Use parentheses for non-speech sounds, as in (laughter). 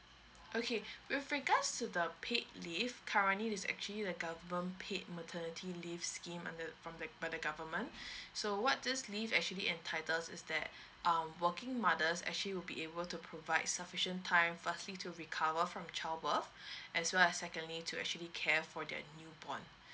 okay with regards to the paid leave currently it's actually the government paid maternity leave scheme under from the by the government (breath) so what this leave actually entitles is that um working mothers actually will be able to provide sufficient time firstly to recover from child birth (breath) as well as secondly to actually care for their newborn